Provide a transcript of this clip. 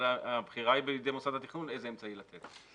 אבל הבחירה היא בידי מוסד התכנון איזה אמצעי לתת.